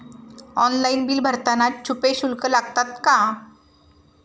Online bill भरताना छुपे शुल्क लागतात का?